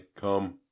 come